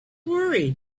worry